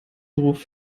beruf